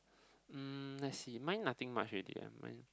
um let see mine nothing much already eh mine